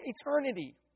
eternity